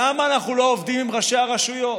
למה אנחנו לא עובדים עם ראשי הרשויות,